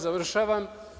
Završavam.